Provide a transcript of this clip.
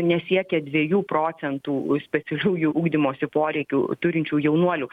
nesiekia dviejų procentų specialiųjų ugdymosi poreikių turinčių jaunuolių